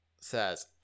says